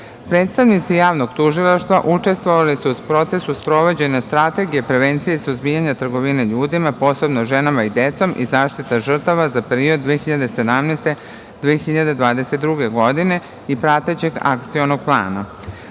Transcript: ljudima. Predstavnici Javnog tužilaštva učestvovali su u procesu sprovođenja Strategije prevencije suzbijanja trgovine ljudima, posebno ženama i decom i zaštita žrtava za period 2017-2022. godine i pratećeg Akcionog